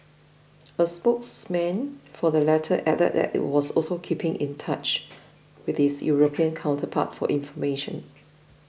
a spokesman for the latter added that it is also keeping in touch with its European counterpart for information